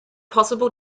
possible